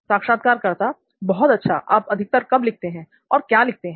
साक्षात्कारकर्ता बहुत अच्छा आप अधिकतर कब लिखते हैं और क्या लिखते हैं